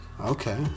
okay